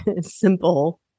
simple